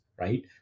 right